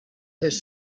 his